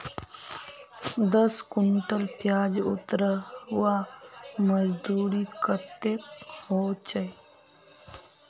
दस कुंटल प्याज उतरवार मजदूरी कतेक होचए?